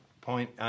point